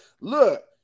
Look